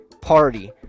party